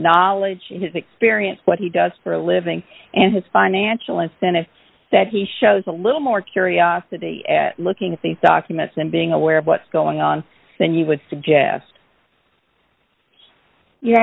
knowledge of his experience what he does for a living and his financial incentive that he shows a little more curiosity at looking at these documents and being aware of what's going on than you would suggest